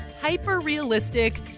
hyper-realistic